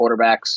quarterbacks